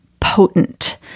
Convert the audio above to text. potent